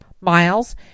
Miles